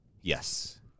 Yes